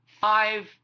five